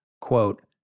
quote